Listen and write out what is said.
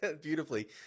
beautifully